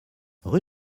rue